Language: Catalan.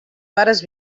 pares